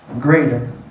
greater